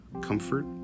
comfort